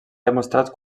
demostrat